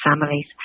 families